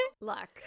Luck